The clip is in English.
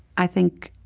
i think